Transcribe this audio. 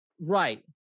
right